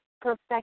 perfect